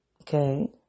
okay